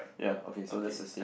ya okay so that's the same